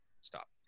stop